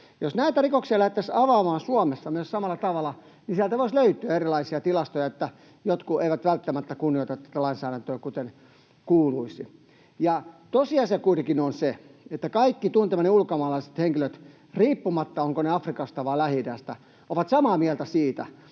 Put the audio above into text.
Jos näitä rikoksia lähdettäisiin avaamaan myös Suomessa samalla tavalla, niin sieltä voisi löytyä erilaisia tilastoja siitä, että jotkut eivät välttämättä kunnioita tätä lainsäädäntöä kuten kuuluisi. Tosiasia kuitenkin on se, että kaikki tuntemani ulkomaalaiset henkilöt riippumatta siitä, ovatko he Afrikasta vai Lähi-idästä, ovat samaa mieltä siitä,